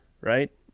right